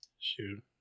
Shoot